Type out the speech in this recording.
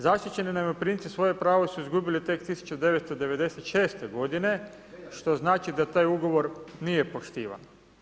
Zaštićeni najmoprimci svoje pravo su izgubili tek 1996. g. što znači da taj ugovor nije poštivan.